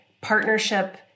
partnership